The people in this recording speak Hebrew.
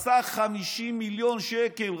על סך 50 מיליון שקל.